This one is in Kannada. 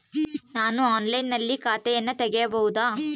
ನಾನು ಆನ್ಲೈನಿನಲ್ಲಿ ಖಾತೆಯನ್ನ ತೆಗೆಯಬಹುದಾ?